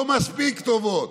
לא מספיק טובות,